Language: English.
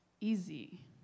easy